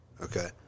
Okay